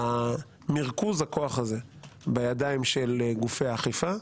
מרכוז הכוח הזה בידיים של גופי האכיפה,